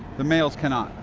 the males cannot.